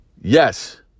yes